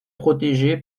protégé